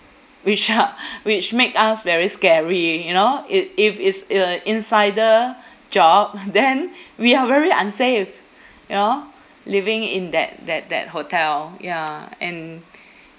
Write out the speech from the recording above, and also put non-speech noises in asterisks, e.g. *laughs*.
which uh *laughs* which make us very scary you know it if it's uh insider job then *laughs* we are very unsafe you know living in that that that hotel ya and